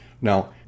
Now